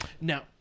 now